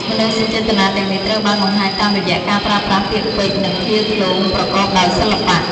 មនោសញ្ចេតនាទាំងនេះត្រូវបានបង្ហាញតាមរយៈការប្រើប្រាស់ពាក្យពេចន៍ និងឃ្លាឃ្លោងប្រកបដោយសិល្បៈ។